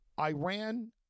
Iran